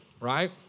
right